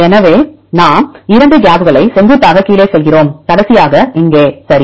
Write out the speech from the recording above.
எனவே நாம் 2 கேப்களை செங்குத்தாக கீழே செல்கிறோம் கடைசியாக இங்கே சரி